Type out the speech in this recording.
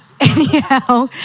Anyhow